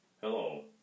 Hello